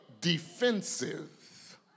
defensive